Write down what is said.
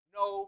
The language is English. no